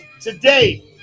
today